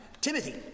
Timothy